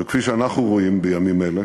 וכפי שאנחנו רואים בימים אלה,